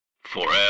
Forever